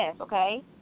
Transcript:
okay